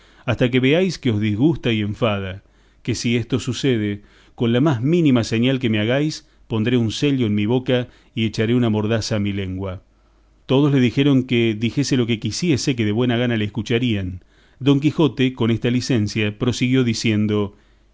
hasta que veáis que os disgusta y enfada que si esto sucede con la más mínima señal que me hagáis pondré un sello en mi boca y echaré una mordaza a mi lengua todos le dijeron que dijese lo que quisiese que de buena gana le escucharían don quijote con esta licencia prosiguió diciendo